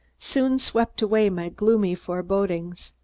soon swept away my gloomy forebodings.